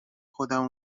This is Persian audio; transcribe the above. خودم